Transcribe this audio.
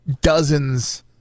Dozens